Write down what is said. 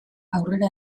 aurrera